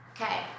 Okay